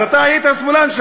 אז אתה היית שם שמאלן,